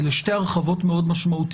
אלה שתי הרחבות מאוד משמעותיות.